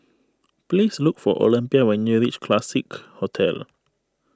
please look for Olympia when you reach Classique Hotel